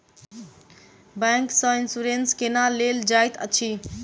bank सँ insurance केना लेल जाइत अछि